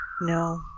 No